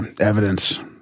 evidence